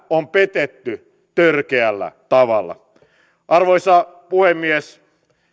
on petetty törkeällä tavalla arvoisa puhemies